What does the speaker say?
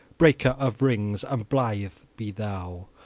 breaker of rings, and blithe be thou,